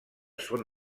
son